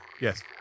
Yes